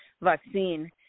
vaccine